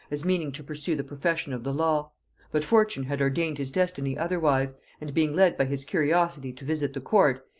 as meaning to pursue the profession of the law but fortune had ordained his destiny otherwise and being led by his curiosity to visit the court,